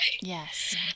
Yes